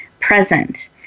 present